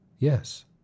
Yes